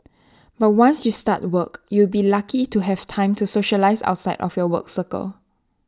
but once you start work you'll be lucky to have time to socialise outside of your work circle